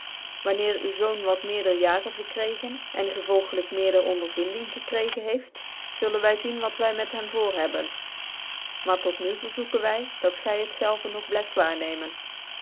wanneer u zoon wat meerder jaren verkregen en gevolgelijk meerder ondervinding gekrecgen heeft zullen vy zien wat vy met hem voor hebben maar tot nu verzoeken vy dat gy het zelve w blyft waarnemen